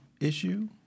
issue